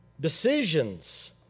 decisions